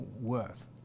worth